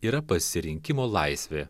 yra pasirinkimo laisvė